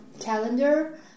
calendar